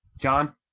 John